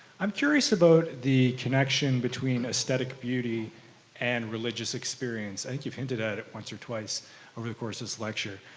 i'm curious about the connection between aesthetic beauty and religious experience. i think you've hinted at it once or twice over the course of this lecture.